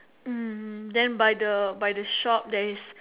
mm then by the by the shop there is